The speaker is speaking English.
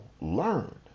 learn